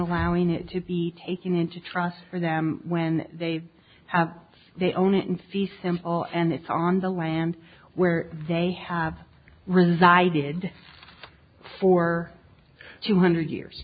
allowing it to be taken into trust for them when they have they own it in fee simple and it's on the land where they have resided for two hundred years